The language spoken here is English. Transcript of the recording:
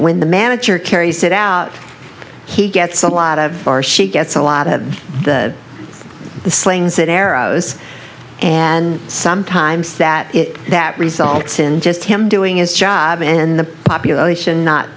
when the manager carries it out he gets a lot of or she gets a lot of the slings and arrows and sometimes that it that results in just him doing his job and the population not